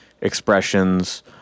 expressions